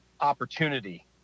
opportunity